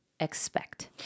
expect